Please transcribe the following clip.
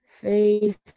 faith